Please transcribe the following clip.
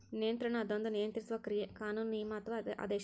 ನಿಯಂತ್ರಣ ಅದೊಂದ ನಿಯಂತ್ರಿಸುವ ಕ್ರಿಯೆ ಕಾನೂನು ನಿಯಮ ಅಥವಾ ಆದೇಶ